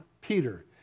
Peter